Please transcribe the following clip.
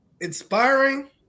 inspiring